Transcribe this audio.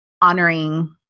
honoring